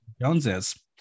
Joneses